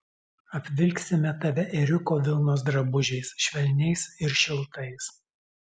apvilksime tave ėriuko vilnos drabužiais švelniais ir šiltais